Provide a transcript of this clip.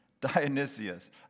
Dionysius